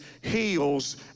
heals